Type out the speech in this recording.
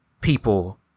people